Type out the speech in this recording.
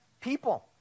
people